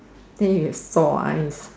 then you sore eyes